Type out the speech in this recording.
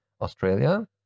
Australia